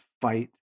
fight